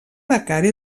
becari